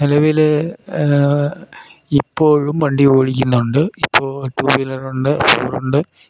നിലവിൽ ഇപ്പോഴും വണ്ടി ഓടിക്കുന്നുണ്ട് ഇപ്പോൾ ടൂ വീലറുണ്ട് ഫോറുണ്ട്